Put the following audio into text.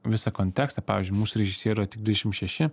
visą kontekstą pavyzdžiui mūsų režisierių yra tik dvidešim šeši